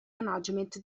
management